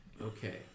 Okay